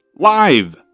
Live